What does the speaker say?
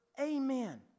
Amen